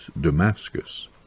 Damascus